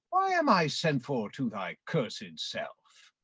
why am i sent for to thy cursed self?